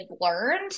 learned